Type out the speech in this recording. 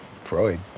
Freud